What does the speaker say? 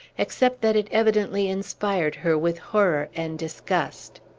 except that it evidently inspired her with horror and disgust.